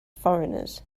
foreigners